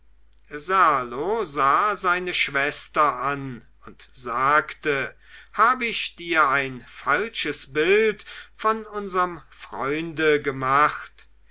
sah seine schwester an und sagte habe ich dir ein falsches bild von unserm freunde gemacht